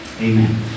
Amen